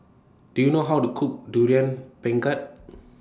Do YOU know How to Cook Durian Pengat